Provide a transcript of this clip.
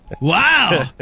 Wow